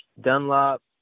Dunlop